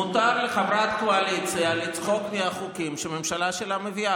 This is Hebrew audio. מותר לחברת קואליציה לצחוק מהחוקים שהממשלה שלה מביאה,